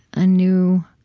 a new